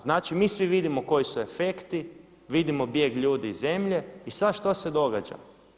Znači mi svi vidimo koji su efekti, vidimo bijeg ljudi iz zemlje i sad što se događa?